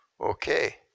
Okay